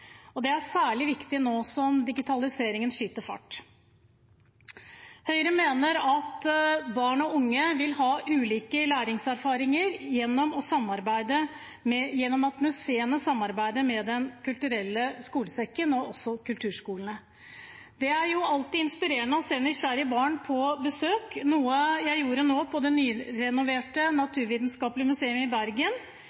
Det er særlig viktig nå som digitaliseringen skyter fart. Høyre mener at barn og unge vil ha ulike læringserfaringer ved at museene samarbeider med Den kulturelle skolesekken og også kulturskolene. Det er alltid inspirerende å se nysgjerrige barn på besøk, noe jeg gjorde nå på det nyrenoverte